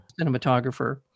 cinematographer